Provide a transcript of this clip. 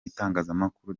itangazamakuru